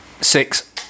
six